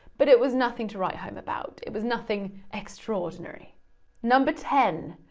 but it was nothing to write home about, it was nothing extraordinary number ten,